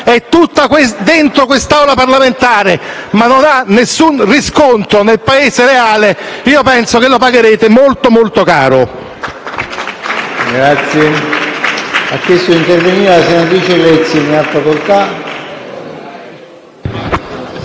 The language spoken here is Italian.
è tutta all'interno di quest'Aula parlamentare, ma non ha nessuna riscontro nel Paese reale, penso che lo pagherete molto, molto caro.